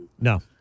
No